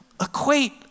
equate